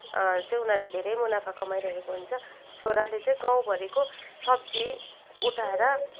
चाहिँ उनीहरूले धेरै मुनाफा कमाइरहेको हुन्छ छोराले चाहिँ गाउँभरीको सब्जी उठाएर